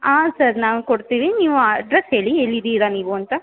ಆಂ sir ನಾವು ಕೊಡ್ತೀವಿ ನೀವು ಅಡ್ರಸ್ ಹೇಳಿ ಎಲ್ಲಿ ಇದ್ದೀರಾ ನೀವು ಅಂತ